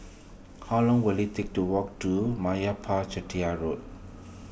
how long will it take to walk to Meyappa Chettiar Road